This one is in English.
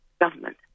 government